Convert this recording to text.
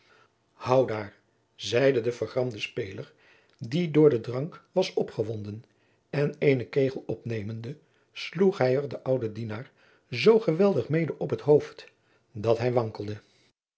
houdaar zeide de vergramde speeler die door den drank was opgewonden en eenen kegel opnemende sloeg hij er den ouden dienaar zoo geweldig mede op t hoofd dat hij wankelde